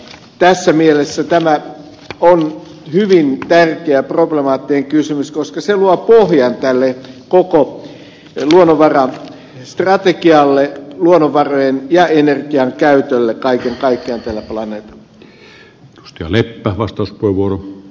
tässä mielessä tämä on hyvin tärkeä problemaattinen kysymys koska se luo pohjan tälle koko luonnonvarastrategialle luonnonvarojen ja energian käytölle kaiken kaikkiaan tällä planeetalla